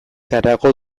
harago